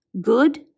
Good